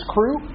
Crew